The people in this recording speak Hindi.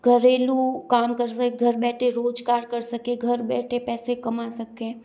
घरेलू काम सकें घर बैठे रोज कार्य कर सकें घर बैठे पैसे कमा सकें